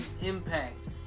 impact